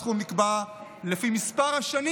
הסכום נקבע לפי מספר השנים